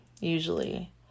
usually